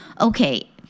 okay